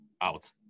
out